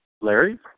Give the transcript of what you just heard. Larry